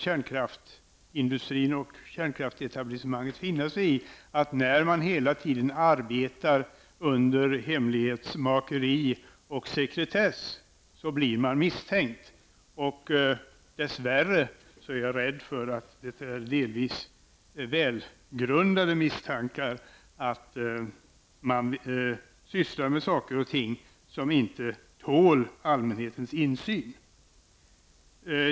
Kärnkraftsindustin och kärnkraftsetablissemanget får alltså finna sig i att bli misstänkta, när de hela tiden arbetar under hemlighetsmakeri och sekretess. Dess värre är jag rädd för att det är delvis välgrundade misstankar, att man sysslar med saker och ting som inte tål allmänhetens insyn.